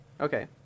Okay